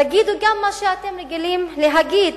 תגידו גם מה שאתם רגילים להגיד,